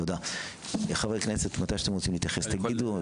תודה, חברי כנסת, מתי שאתם רוצים להתייחס תגידו.